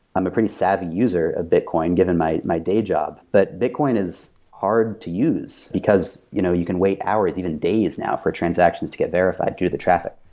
i'm a pretty savvy user of bitcoin given my my day job, but bitcoin is hard to use, because you know you can wait hours, even days now for transactions to get verified through the traffic.